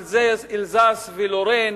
אלזס ולורן.